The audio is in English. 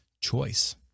choice